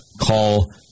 call